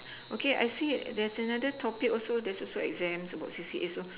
okay I see there's another topic also there's also exams about C_C_A also